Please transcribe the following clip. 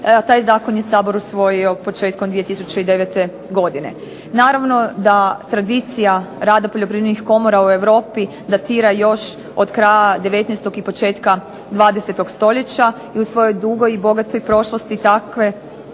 Taj zakon je usvojio početkom 2009. godine. Naravno da tradicija rada poljoprivrednih komora u Europi datira još od kraja 19. do početka 20. stoljeća i u svojoj dugoj i bogatoj prošlosti takve